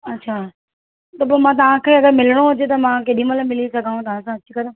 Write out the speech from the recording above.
अच्छा त पोइ मां तव्हां खे अगरि मिलणो हुजे त मां केॾीमहिल मिली सघांव तव्हां सां अची करे